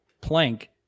plank